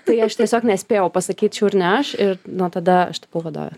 tai aš tiesiog nespėjau pasakyt čiur ne aš ir nuo tada aš tapau vadove